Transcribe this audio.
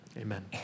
Amen